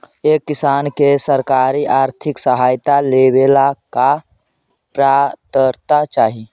एक किसान के सरकारी आर्थिक सहायता लेवेला का पात्रता चाही?